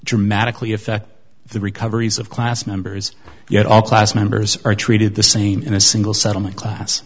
dramatically affect the recovery's of class members yet all class members are treated the same in a single settlement class